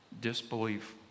disbelief